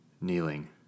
Kneeling